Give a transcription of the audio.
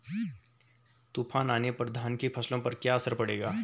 तूफान आने पर धान की फसलों पर क्या असर पड़ेगा?